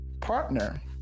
partner